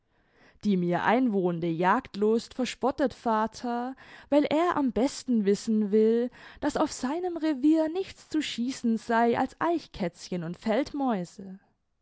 die mir einwohnende jagdlust verspottet vater weil er am besten wissen will daß auf seinem revier nichts zu schießen sei als eichkätzchen und